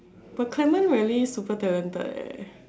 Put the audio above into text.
but clement really super talented eh